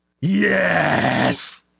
Yes